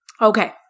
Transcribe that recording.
Okay